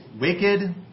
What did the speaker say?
wicked